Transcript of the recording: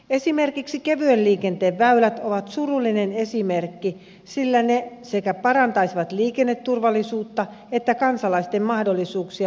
esimerkiksi kevyen liikenteen väylät ovat surullinen esimerkki sillä ne parantaisivat sekä liikenneturvallisuutta että kansalaisten mahdollisuuksia liikunnan harrastamiseen